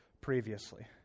previously